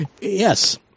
Yes